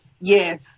yes